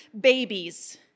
babies